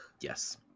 Yes